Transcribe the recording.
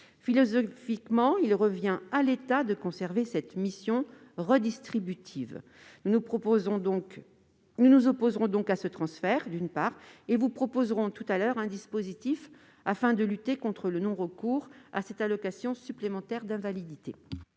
Philosophiquement, il revient à l'État de conserver cette mission redistributive. Nous nous opposerons, d'une part, à ce transfert, et vous proposerons, d'autre part, tout à l'heure, un dispositif afin de lutter contre le non-recours à cette allocation supplémentaire d'invalidité.